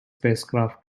spacecraft